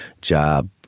job